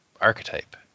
archetype